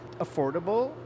affordable